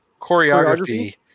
Choreography